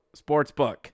Sportsbook